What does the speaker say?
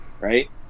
right